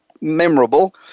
memorable